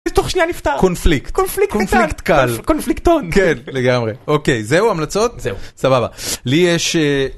קונפליקט קונפליקט קונפליקטון כן לגמרי אוקיי זהו המלצות זהו סבבה לי יש.